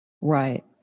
Right